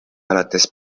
alates